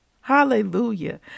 Hallelujah